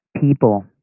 people